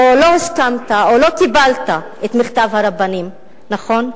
או לא הסכמת, או לא קיבלת את מכתב הרבנים, נכון?